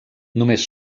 només